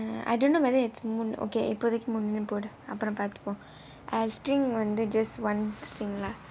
err I don't know whether it's மூணு:moonu okay இப்போதேக்கு மூணு போடு அப்புறம் பார்த்துப்போம்:ippothaikku moonu podu appuram paarthuppom uh string okay just one string lah